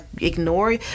ignore